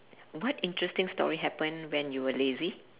what interesting story happen when you were lazy